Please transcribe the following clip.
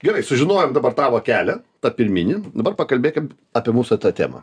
gerai sužinojom dabar tavo kelią tą pirminį dabar pakalbėkim apie mūsų tą temą